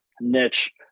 niche